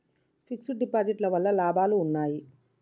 Fix డ్ deposit వల్ల లాభాలు ఉన్నాయి?